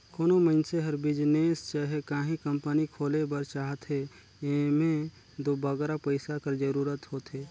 कोनो मइनसे हर बिजनेस चहे काहीं कंपनी खोले बर चाहथे एम्हें दो बगरा पइसा कर जरूरत होथे